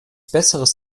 besseres